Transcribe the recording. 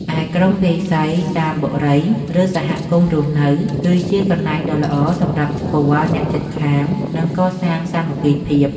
ឯក្រុមវាយសីតាមបុរី ឬសហគមន៍រស់នៅ គឺជាកន្លែងដ៏ល្អសម្រាប់ស្គាល់អ្នកជិតខាង និងកសាងសាមគ្គីភាព។